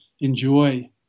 enjoy